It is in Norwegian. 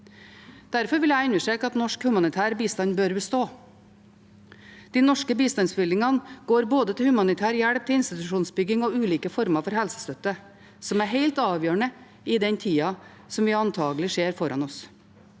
Derfor vil jeg understreke at norsk humanitær bistand bør bestå. De norske bistandsbevilgningene går til både humanitær hjelp, institusjonsbygging og ulike former for helsestøtte, noe som er helt avgjørende i den tida vi antagelig har foran oss.